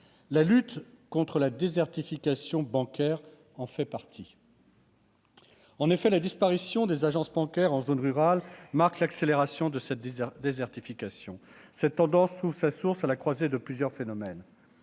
La lutte contre la désertification bancaire en fait partie. En effet, la disparition des agences bancaires en zone rurale marque l'accélération de cette désertification. Cette tendance trouve sa source à la croisée de plusieurs phénomènes.